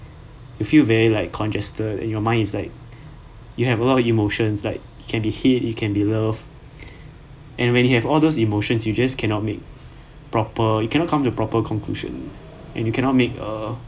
you feel very like congested and your mind is like you have a lot of emotion like it can be hate it can be love and when you have all those emotion you just cannot make proper you cannot come to proper conclusion and you cannot make err